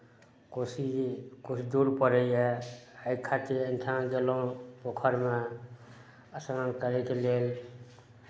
कोसी भी किछु दूर पड़ैए एहि खातिर एहिठाम गेलहुँ पोखरिमे स्नान करयके लेल